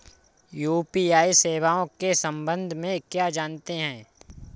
UPI सेवाओं के संबंध में क्या जानते हैं?